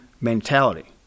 mentality